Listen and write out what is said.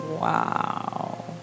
Wow